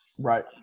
right